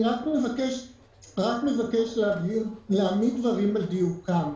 מבקש להעמיד דברים על דיוקם,